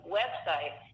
website